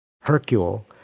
Hercule